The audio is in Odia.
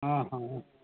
ହଁ ହଁ